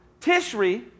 Tishri